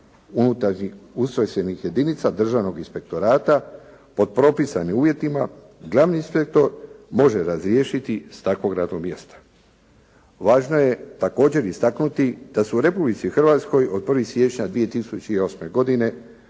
unutarnjih ustrojstvenih jedinica državnog inspektorata, pod propisanim uvjetima glavni inspektor može razriješiti s takvog radnog mjesta. Važno je također istaknuti da su u Republici Hrvatskoj od 1. siječnja 2008. godine